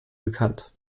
bekannt